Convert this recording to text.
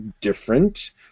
different